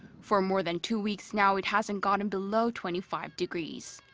for more than two weeks now, it hasn't gotten below twenty five degrees.